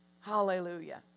Hallelujah